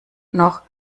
noch